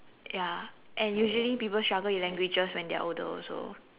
ya and usually people struggle with languages when they're older also